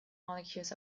molecules